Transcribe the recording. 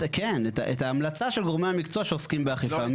כן, את ההמלצה של גורמי המקצוע שעוסקים באכיפה.